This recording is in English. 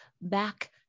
back